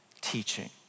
teaching